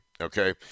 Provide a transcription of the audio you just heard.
okay